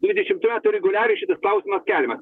dvidešimt metų reguliariai šitas klausimas keliamas